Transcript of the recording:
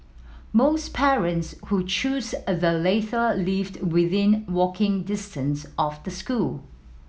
most parents who choose the lived within walking distance of the school